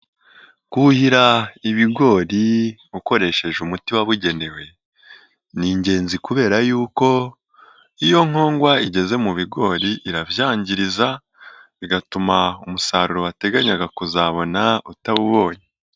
Kuhira ibigori ukoresheje umuti wabugenewe, ni ingenzi kubera yuko iyo nkongwa igeze mu bigori irabyangizariza, bigatuma umusaruro wateganyaga kuzabona utawubonye.